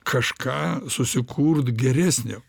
kažką susikurt geresnio